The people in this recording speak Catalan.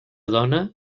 dona